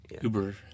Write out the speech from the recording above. Uber